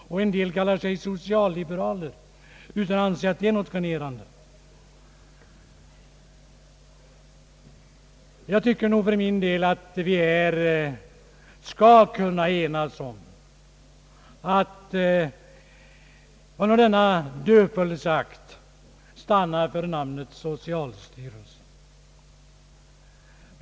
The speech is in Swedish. Och somliga kallar sig socialliberaler utan att anse det vara något generande! Jag tycker nog för min del, att vi bör kunna enas om att under denna döpelseakt stanna för namnet socialstyrelsen.